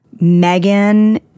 Megan